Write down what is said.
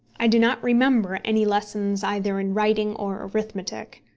i do not remember any lessons either in writing or arithmetic.